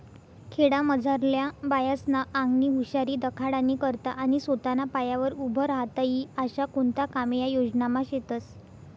खेडामझारल्या बायास्ना आंगनी हुशारी दखाडानी करता आणि सोताना पायावर उभं राहता ई आशा कोणता कामे या योजनामा शेतस